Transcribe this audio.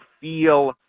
feel